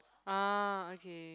ah okay